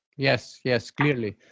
yes. yes. clearly.